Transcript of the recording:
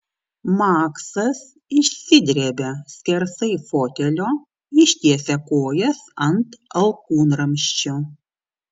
maksas išsidrebia skersai fotelio ištiesia kojas ant alkūnramsčio